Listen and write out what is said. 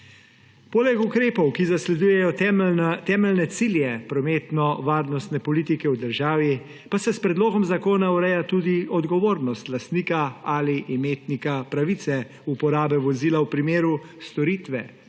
Poleg ukrepov, ki zasledujejo temeljne cilje prometnovarnostne politike v državi, pa se s predlogom zakona ureja tudi odgovornost lastnika ali imetnika pravice uporabe vozila v primeru storitve